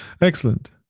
Excellent